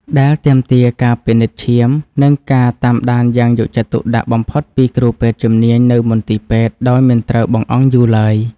ដែលទាមទារការពិនិត្យឈាម និងការតាមដានយ៉ាងយកចិត្តទុកដាក់បំផុតពីគ្រូពេទ្យជំនាញនៅមន្ទីរពេទ្យដោយមិនត្រូវបង្អង់យូរឡើយ។